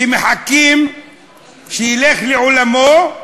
כי מחכים שילך לעולמו,